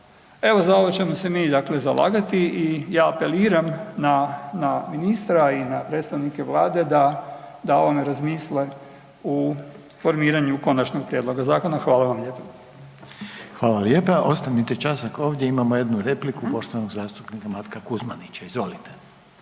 Evo, za ovo ćemo se mi dakle zalagati i ja apeliram na ministra i na predstavnike Vlade da o ovome razmisle u formiranju konačnog prijedloga zakona. Hvala vam lijepo. **Reiner, Željko (HDZ)** Hvala lijepo. Ostanite časak ovdje imamo jednu repliku, poštovanog zastupnika Matka Kuzmanića.